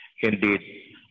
Indeed